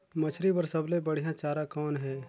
मछरी बर सबले बढ़िया चारा कौन हे?